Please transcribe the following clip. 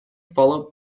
followed